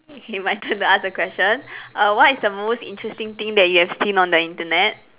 K my turn to ask a question err what is the most interesting thing that you have seen on the Internet